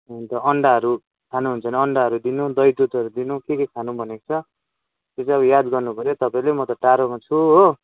हुन्छ अन्डाहरू खानुहुन्छ भने अन्डाहरू दिनु दही दुधहरू दिनु के के खानु भनेको छ त्यो चाहिँ अब याद गर्नु पऱ्यो तपाईँले म त टाढोमा छु हो